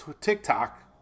TikTok